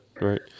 right